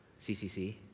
CCC